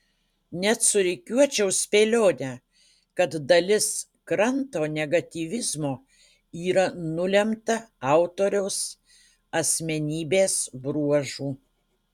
net surikiuočiau spėlionę kad dalis kranto negatyvizmo yra nulemta autoriaus asmenybės bruožų